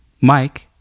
Mike